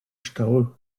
stausees